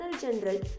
General